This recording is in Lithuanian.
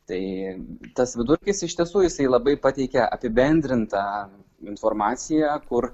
tai tas vidurkis iš tiesų jisai labai pateikia apibendrintą informaciją kur